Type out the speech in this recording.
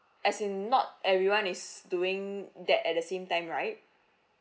as in not everyone is doing that at the same time right